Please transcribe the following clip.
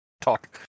talk